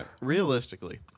Realistically